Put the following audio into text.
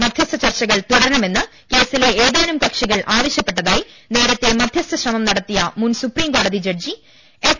മധ്യസ്ഥ ചർച്ചകൾ തുടരണമെന്ന് കേസിലെ ഏതാനും കക്ഷി കൾ ആവശ്യപ്പെട്ടതായി നേരത്തെ മധ്യസ്ഥ ശ്രമം നടത്തിയ മുൻ സുപ്രീംകോടതി ജഡ്ജി എഫ്